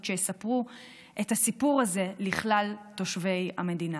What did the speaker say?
שיספרו את הסיפור הזה לכלל תושבי המדינה.